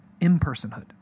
impersonhood